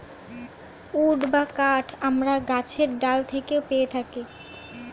would বা কাঠ আমরা গাছের ডাল থেকেও পেয়ে থাকি